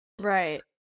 Right